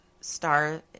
star